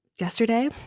yesterday